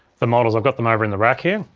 the models. i've got them over in the rack here.